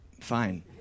fine